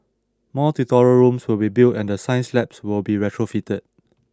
more tutorial rooms will be built and the science labs will be retrofitted